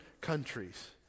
countries